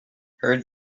her